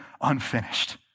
unfinished